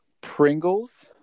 Pringles